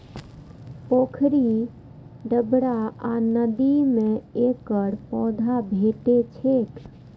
पोखरि, डबरा आ नदी मे एकर पौधा भेटै छैक